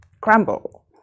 crumble